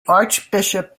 archbishop